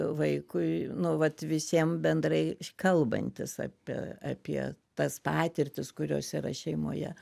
vaikui nu vat visiem bendrai kalbantis apie apie tas patirtis kurios yra šeimoje